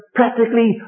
practically